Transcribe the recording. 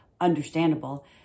understandable